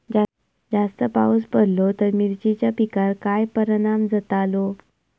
जास्त पाऊस पडलो तर मिरचीच्या पिकार काय परणाम जतालो?